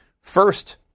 first